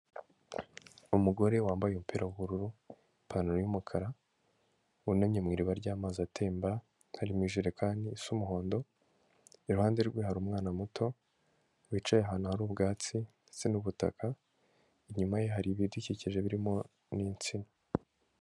Umugore wambaye umupira w'ubururu ipantaro y'umukara, wunamye mu iriba ry'amazi atemba ari mu ijerekani isa umuhondo, iruhande rwe hari umwana muto, wicaye ahantu hari ubwatsi ndetse n'ubutaka, inyuma ye hari ibidukikije birimo n'insina.